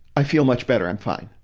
i feel much better i'm fine.